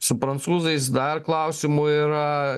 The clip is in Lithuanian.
su prancūzais dar klausimų yra